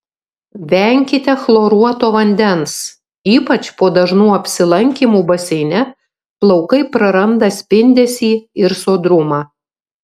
venkite chloruoto vandens ypač po dažnų apsilankymų baseine plaukai praranda spindesį ir sodrumą